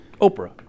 Oprah